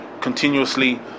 continuously